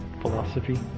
philosophy